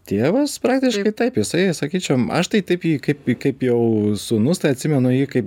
tėvas praktiškai taip jisai sakyčiau aš tai taip jį kaip kaip jau sūnus tai atsimenu jį kaip